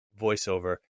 voiceover